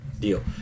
Deal